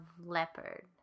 Leopard